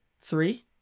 three